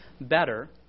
better